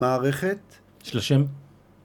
מערכת 30